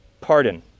pardon